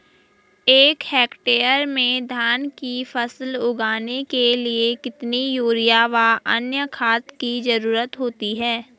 एक हेक्टेयर में धान की फसल उगाने के लिए कितना यूरिया व अन्य खाद की जरूरत होती है?